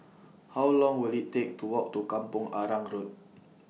How Long Will IT Take to Walk to Kampong Arang Road